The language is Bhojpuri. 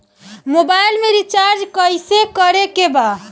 मोबाइल में रिचार्ज कइसे करे के बा?